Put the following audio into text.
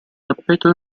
tappeto